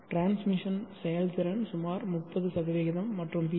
transmission செயல்திறன் சுமார் 30 மற்றும் பி